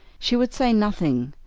she would say nothing,